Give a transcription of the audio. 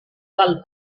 del